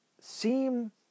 seem